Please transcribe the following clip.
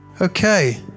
Okay